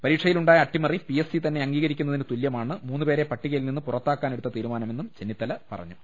പരീക്ഷയിൽ ഉണ്ടായ അട്ടിമറി പി എസ് സി തന്നെ അംഗീക രിക്കുന്നതിന് തുല്യമാണ് മൂന്നുപേരെ പട്ടികയിൽ നിന്ന് പുറത്താ ക്കാനെടുത്ത തീരുമാനമെന്നും ചെന്നിത്തല പറഞ്ഞു